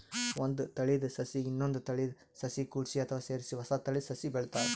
ಒಂದ್ ತಳೀದ ಸಸಿಗ್ ಇನ್ನೊಂದ್ ತಳೀದ ಸಸಿ ಕೂಡ್ಸಿ ಅಥವಾ ಸೇರಿಸಿ ಹೊಸ ತಳೀದ ಸಸಿ ಬೆಳಿತಾರ್